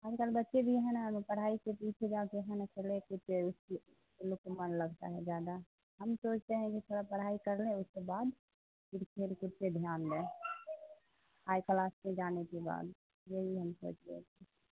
آج کل بچے بھی جو ہیں نا وہ پڑھائی کے پیچھے جاتے ہیں نا کھیلے ان لوگ کو من لگتا ہے زیادہ ہم سوچتے ہیں کہ تھوڑا پڑھائی کر لے اس کے بعد پھر کھیل کود پہ دھیان دے ہائی کلاس میں جانے کے بعد یہی ہم سوچ رہے تھے